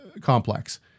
complex